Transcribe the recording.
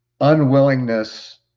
unwillingness